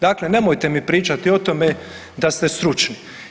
Dakle, nemojte mi pričati o tome da ste stručni.